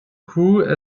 grew